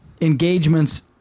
Engagements